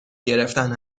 گرفتن